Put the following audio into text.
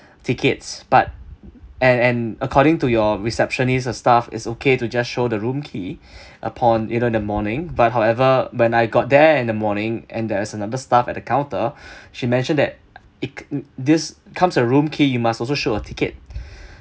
tickets but and and according to your receptionist the staff is okay to just show the room key upon either the morning but however when I got there in the morning and there is another staff at the counter she mentioned that it this comes a room key you must also show a ticket